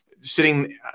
sitting